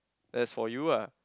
that's for you ah